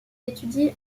étudie